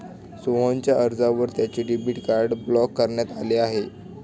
सोहनच्या अर्जावर त्याचे डेबिट कार्ड ब्लॉक करण्यात आले आहे